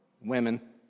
Women